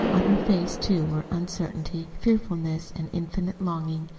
on her face, too, were uncertainty, fearfulness, and infinite longing.